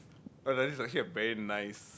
oh like this not sure very nice